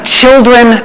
children